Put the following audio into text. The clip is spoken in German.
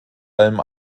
allem